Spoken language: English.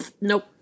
nope